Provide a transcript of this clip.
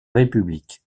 république